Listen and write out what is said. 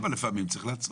לא, אבל לפעמים צריך לעצור.